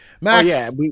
Max